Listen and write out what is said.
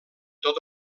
tot